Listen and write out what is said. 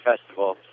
Festival